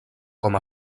com